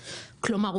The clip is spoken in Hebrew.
כלומר,